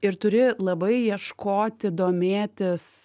ir turi labai ieškoti domėtis